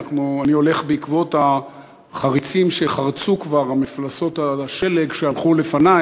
אני הולך בעקבות החריצים שחרצו כבר מפלסות השלג שהלכו לפני,